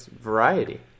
variety